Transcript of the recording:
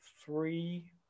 three